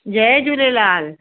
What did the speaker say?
Jay Jhulelal